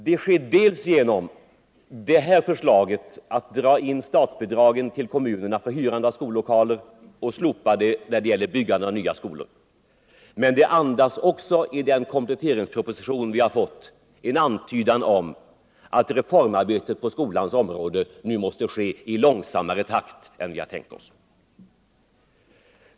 Det sker genom det här förslaget att dra in statsbidragen till kommunerna för hyrande av skollokaler och slopa det när det gäller byggandet av nya skolor, men den kompletteringsproposition vi fått andas också en antydan om att reformarbetet på skolans område nu måste ske i långsammare takt än vi har tänkt oss.